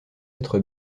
être